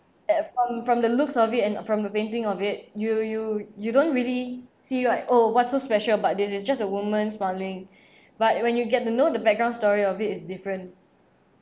that from from the looks of it and from the painting of it you you you don't really see like oh what's so special about this it's just a woman smiling but when you get to know the background story of it it's different